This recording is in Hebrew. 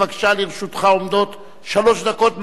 לרשותך עומדות שלוש דקות מלאות.